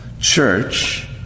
Church